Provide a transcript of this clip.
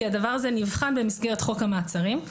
כי הדבר הזה נבחן במסגרת חוק המעצרים,